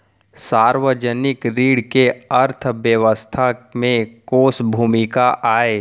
सार्वजनिक ऋण के अर्थव्यवस्था में कोस भूमिका आय?